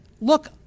Look